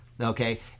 okay